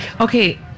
Okay